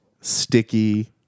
sticky